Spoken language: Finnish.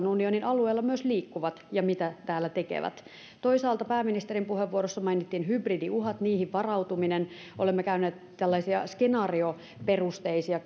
unionin alueella liikkuvat ja mitä he täällä tekevät toisaalta pääministerin puheenvuorossa mainittiin hybridiuhat ja niihin varautuminen olemme käyneet tällaisia skenaarioperusteisia